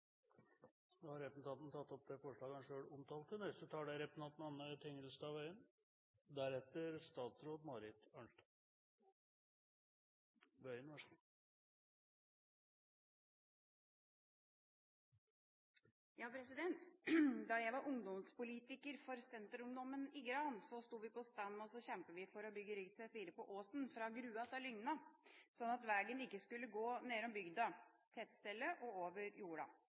da tatt opp det forslag han refererte til. Da jeg var ungdomspolitiker for Senterungdommen i Gran, sto i vi på stand og kjempet for å bygge rv. 4 på åsen fra Grua til Lygna, slik at veien ikke skulle gå nedenom bygda, tettstedene og over